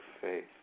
faith